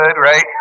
right